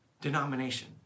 denomination